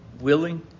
willing